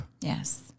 Yes